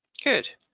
Good